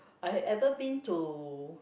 I ever been to